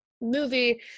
movie